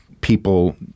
people